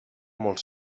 molt